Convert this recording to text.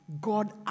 God